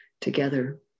together